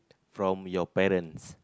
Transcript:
from your parents